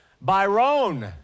Byron